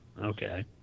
Okay